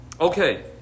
Okay